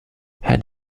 head